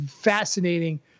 fascinating